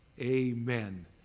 Amen